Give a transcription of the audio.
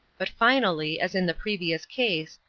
but finally, as in the previous case,